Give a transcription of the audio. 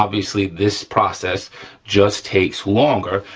obviously this process just takes longer,